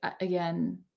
again